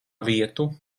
vietu